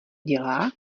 dělá